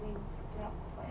winx club forever